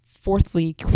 Fourthly